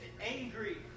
angry